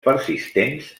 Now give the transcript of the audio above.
persistents